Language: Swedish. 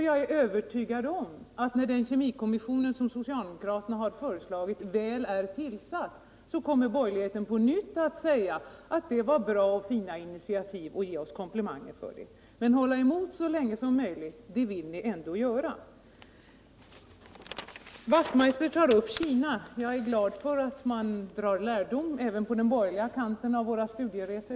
Jag är övertygad om att när den kemikommission som socialdemokraterna har föreslagit väl är tillsatt så kommer borgerligheten på nytt att säga, att det var ett bra och fint initiativ och ge oss komplimanger för det. Men hålla emot så länge som möjligt vill ni ändå göra. Herr Wachtmeister nämnde Kina. Jag är glad för att man även på den borgerliga kanten drar lärdom av våra studieresor.